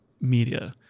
media